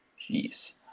Jeez